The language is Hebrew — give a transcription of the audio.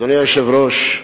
אדוני היושב-ראש,